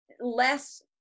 less